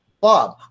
bob